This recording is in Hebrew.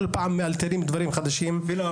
כל פעם מאלתרים דברים חדשים על מנת --- אפילו על